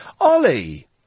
Ollie